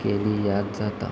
केली याद जाता